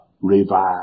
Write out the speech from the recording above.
Revive